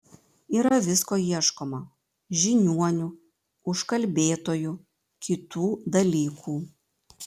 yra visko ieškoma žiniuonių užkalbėtojų kitų dalykų